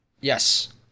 Yes